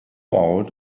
old